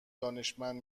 دانشمند